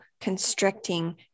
constricting